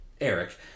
Eric